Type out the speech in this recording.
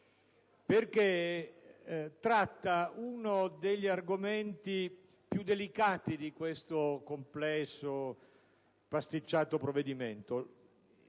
perché tratta uno degli argomenti più delicati di questo complesso e pasticciato provvedimento.